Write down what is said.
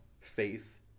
faith